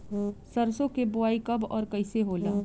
सरसो के बोआई कब और कैसे होला?